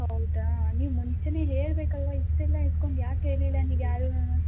ಹೌದಾ ನೀವು ಮುಂಚೆನೇ ಹೇಳಬೇಕಲ್ವಾ ಇಷ್ಟೆಲ್ಲಾ ಇಟ್ಕೊಂಡು ಯಾಕೆ ಹೇಳಿಲ್ಲ ನೀವು ಯಾರುನು